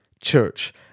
church